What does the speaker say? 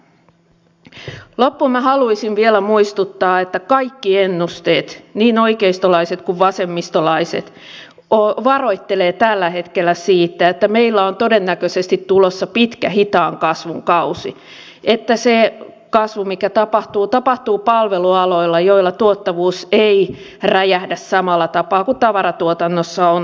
loppuun minä haluaisin vielä muistuttaa että kaikki ennusteet niin oikeistolaiset kuin vasemmistolaiset varoittelevat tällä hetkellä siitä että meillä on todennäköisesti tulossa pitkä hitaan kasvun kausi että se kasvu mikä tapahtuu tapahtuu palvelualoilla joilla tuottavuus ei räjähdä samalla tapaa kuin tavaratuotannossa on ollut mahdollista